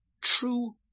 True